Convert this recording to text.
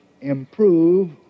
improve